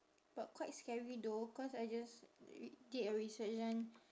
but quite scary though cause I just read did a research then